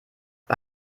bei